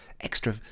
extra